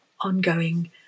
ongoing